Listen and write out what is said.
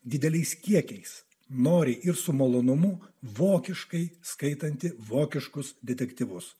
dideliais kiekiais nori ir su malonumu vokiškai skaitanti vokiškus detektyvus